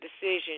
decision